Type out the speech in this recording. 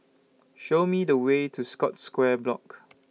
Show Me The Way to Scotts Square Block